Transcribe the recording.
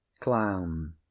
clown